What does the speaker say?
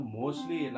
mostly